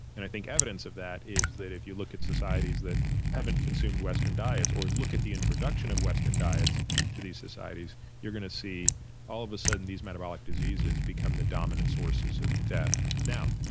and i think evidence of that is that if you look at societies that haven't consumed western diets or look at the introduction of western diets to these societies you're going to see all of a sudden these metabolic diseases become the dominant sources of death. now,